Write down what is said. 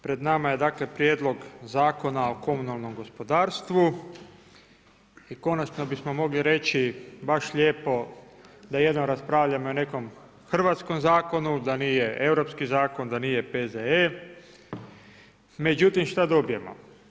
Pred nama je Prijedlog zakona o komunalnom gospodarstvu i konačno bismo mogli reći, baš lijepo da jednom raspravljamo o jednom hrvatskom zakonu, da nije europski zakon da nije P.Z.E., međutim šta dobijemo?